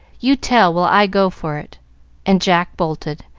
you tell while i go for it and jack bolted,